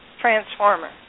transformer